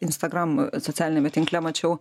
instagram socialiniame tinkle mačiau